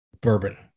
bourbon